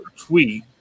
tweet